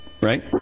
right